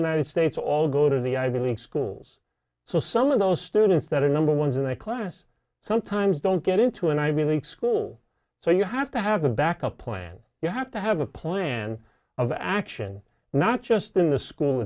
united states all go to the ivy league schools so some of those students that are number ones in the class sometimes don't get into an ivy league school so you have to have a backup plan you have to have a plan of action not just in the school